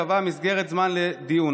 הוועדה המסדרת קבעה מסגרת זמן לדיון.